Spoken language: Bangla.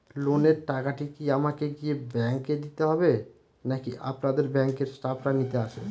লোনের টাকাটি কি আমাকে গিয়ে ব্যাংক এ দিতে হবে নাকি আপনাদের ব্যাংক এর স্টাফরা নিতে আসে?